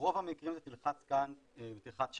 רוב המקרים זה 'תלחץ כאן ותלחץ שם',